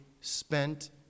spent